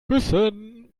küssen